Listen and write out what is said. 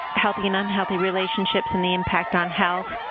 healthy and unhealthy relationships and the impact on health,